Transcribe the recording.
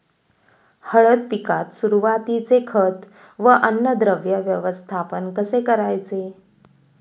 हळद पिकात सुरुवातीचे खत व अन्नद्रव्य व्यवस्थापन कसे करायचे?